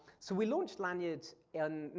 so we launched lanyrd in,